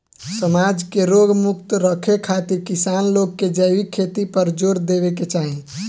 समाज के रोग मुक्त रखे खातिर किसान लोग के जैविक खेती पर जोर देवे के चाही